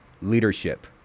leadership